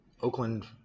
Oakland